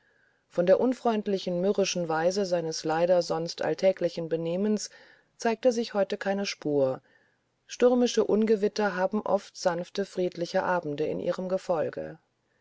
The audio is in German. von der unfreundlichen mürrischen weise seines leider sonst alltäglichen benehmens zeigte sich heute keine spur stürmische ungewitter haben oft sanfte friedliche abende in ihrem gefolge